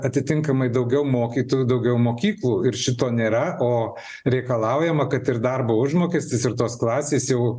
atitinkamai daugiau mokytojų daugiau mokyklų ir šito nėra o reikalaujama kad ir darbo užmokestis ir tos klasės jau